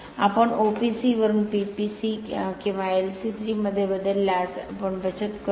आपण OPC वरून PPC किंवा LC3 मध्ये बदलल्यास आपण बचत करतो